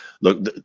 look